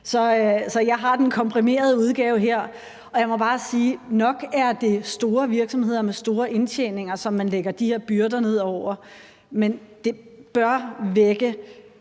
Så jeg har den komprimerede udgave her. Jeg må bare sige, at det nok er store virksomheder med store indtjeninger, som man lægger de her byrder ned over, men det bør også